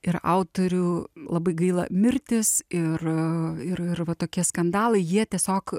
ir autorių labai gaila mirtys ir ir ir va tokie skandalai jie tiesiog